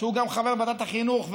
שהוא גם חבר ועדת החינוך,